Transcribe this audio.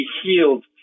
healed